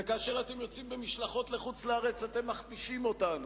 וכאשר אתם יוצאים במשלחות לחוץ-לארץ אתם מכפישים אותנו,